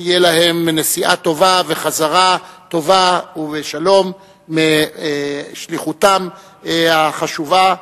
שתהיה להם נסיעה טובה וחזרה טובה ובשלום משליחותם החשובה.